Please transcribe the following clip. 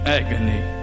agony